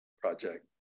project